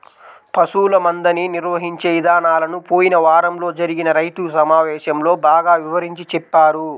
పశువుల మందని నిర్వహించే ఇదానాలను పోయిన వారంలో జరిగిన రైతు సమావేశంలో బాగా వివరించి చెప్పారు